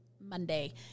Monday